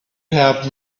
have